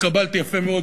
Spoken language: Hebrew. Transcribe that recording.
התקבלתי יפה מאוד,